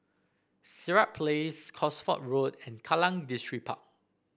Sirat Place Cosford Road and Kallang Distripark